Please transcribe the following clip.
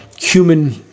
human